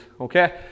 okay